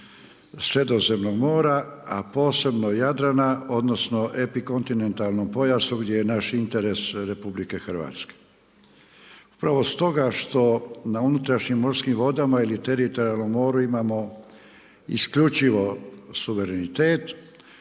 Sredozemnog mora, a posebno Jadrana odnosno epikontinentalnom pojasu gdje je naš interes RH. Upravo stoga što na unutrašnjim morskim vodama ili teritorijalnom moru imamo isključivo suverenitet,